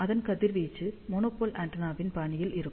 அதன் கதிர்வீச்சு மோனோபோல் ஆண்டெனாவின் பாணியில் இருக்கும்